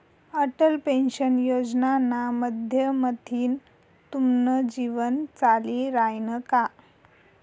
Atal pension योजनाना माध्यमथीन तुमनं जीवन चाली रायनं का?